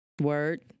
Word